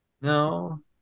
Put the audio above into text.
no